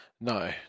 No